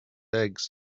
eggs